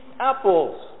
apples